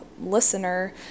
listener